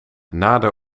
nader